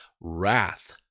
wrath